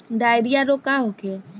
Diarrhoea रोग का होखे?